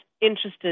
interested